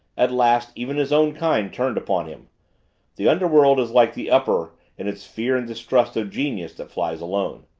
at last even his own kind turned upon him the underworld is like the upper in its fear and distrust of genius that flies alone.